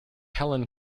helen